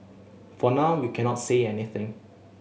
for now we cannot say anything